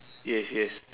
yes yes